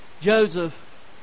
Joseph